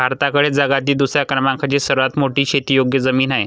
भारताकडे जगातील दुसऱ्या क्रमांकाची सर्वात मोठी शेतीयोग्य जमीन आहे